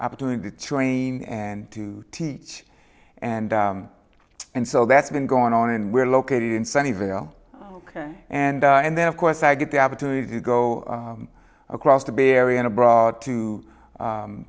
opportunity to train and to teach and and so that's been going on and we're located in sunnyvale ok and and then of course i get the opportunity to go across the bay area and abroad to